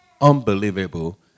unbelievable